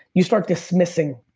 you start dismissing,